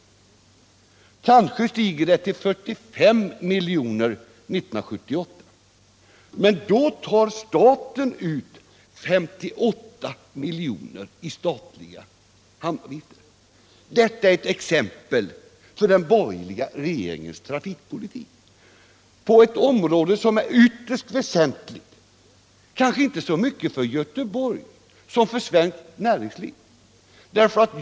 Det kanske stiger till 45 miljoner år 1978. Men då tar staten ut 58 milj.kr. i statliga hamnavgifter. Detta är ett exempel på den borgerliga regeringens trafikpolitik, på politiken inom ett område som är ytterst väsentligt, kanske inte så mycket för Göteborg som för svenskt näringsliv.